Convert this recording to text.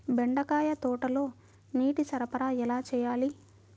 బెండకాయ తోటలో నీటి సరఫరా ఎలా చేయాలి?